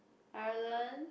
Ireland